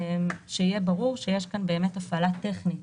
שיהיה ברור שיש כאן באמת הפעלה טכנית